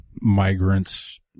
migrants